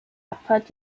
abfahrt